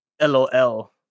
LOL